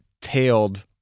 tailed